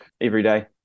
everyday